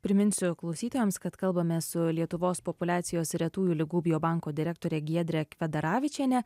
priminsiu klausytojams kad kalbamės su lietuvos populiacijos ir retųjų ligų biobanko direktore giedre kvedaravičiene